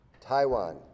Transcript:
Taiwan